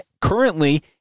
currently